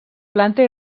planta